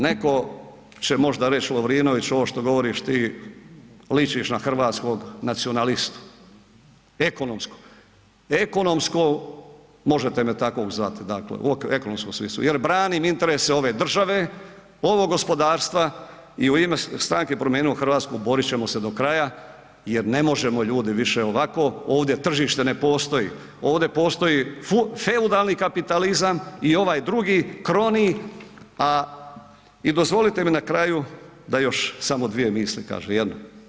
Netko će možda reći, Lovrinoviću ovo što govoriš ti ličiš na hrvatskog nacionalistu, ekonomskog, ekonomskog možete me takvog zvati, dakle u ekonomskom smislu jer branim interese ove države, ovog gospodarstva i u ime stranke Promijenimo Hrvatsku borit ćemo se do kraja jer ne možemo ljudi više ovako, ovdje tržište ne postoji, ovdje postoji feudalni kapitalizam i ovaj drugi crony, a, i dozvolite mi na kraju da još samo dvije misli kažem, jednu.